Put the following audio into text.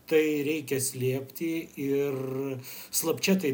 tai reikia slėpti ir slapčia tai